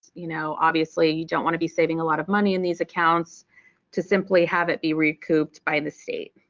you know obviously you don't want to be saving a lot of money in these accounts to simply have it be recouped by the state,